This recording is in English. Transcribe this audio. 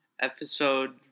episode